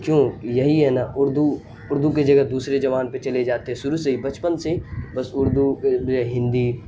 کیوں یہی ہے نا اردو اردو کے جگہ دوسرے زبان پہ چلے جاتے ہیں سروع سے ہی بچپن سے ہی بس اردو ہندی